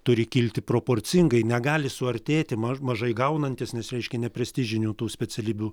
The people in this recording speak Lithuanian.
turi kilti proporcingai negali suartėti maž mažai gaunantys nes reiškia neprestižinių tų specialybių